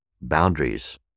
boundaries